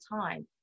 time